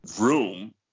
room